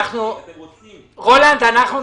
לא.